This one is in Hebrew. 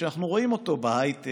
שאנחנו רואים אותן בהייטק,